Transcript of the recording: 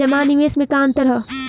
जमा आ निवेश में का अंतर ह?